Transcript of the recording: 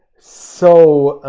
so